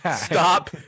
stop